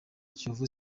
kiyovu